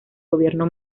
gobierno